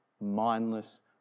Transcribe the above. mindless